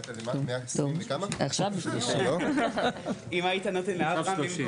טוב, הנה